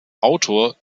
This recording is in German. autor